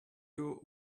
you